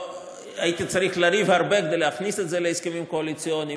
הייתי צריך לריב הרבה כדי להכניס את זה להסכמים הקואליציוניים,